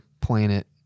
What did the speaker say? planet